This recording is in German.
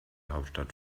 hauptstadt